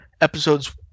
episodes